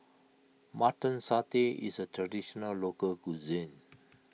Mutton Satay is a Traditional Local Cuisine